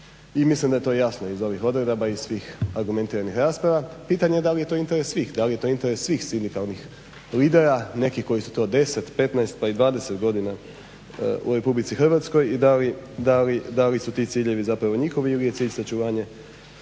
i mislim da je to jasno iz ovih odredaba i svih argumentiranih rasprava. Pitanje je da li je to interes svih, da li je to interes svih sindikalnih lidera? Neki koji su to 10, 15 pa i 20 godina u RH i da li su ti ciljevi zapravo njihovi ili je cilj sačuvanje